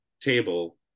table